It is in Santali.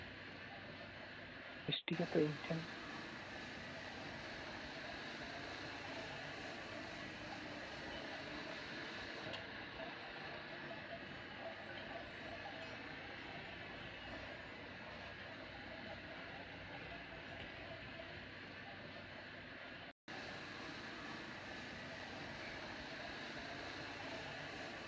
ᱯᱤᱥᱴᱤᱠᱟᱯᱮ ᱤᱧ ᱴᱷᱮᱱ